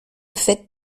fait